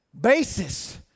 basis